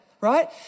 Right